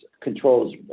controls